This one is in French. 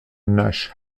nash